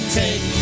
take